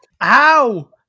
Ow